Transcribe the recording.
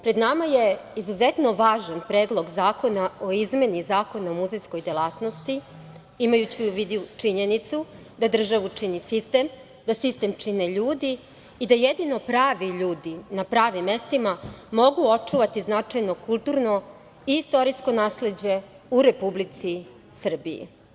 Pred nama je izuzetno važan predlog zakona o izmeni Zakona o muzejskoj delatnosti, imajući u vidu činjenicu, da državu čini sistem, a da sistem čine ljudi, i da jedino pravi ljudi na pravim mestima mogu očuvati značajno kulturno i istorijsko nasleđe u Republici Srbiji.